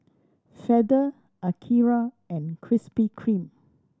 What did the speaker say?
Feather Akira and Krispy Kreme